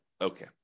okay